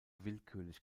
willkürlich